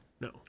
no